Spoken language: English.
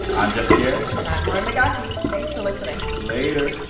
i'm jeff pierre and i'm lauren mcgaughy. thanks for listening later